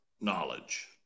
knowledge